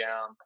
down